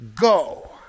go